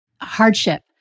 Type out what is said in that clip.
hardship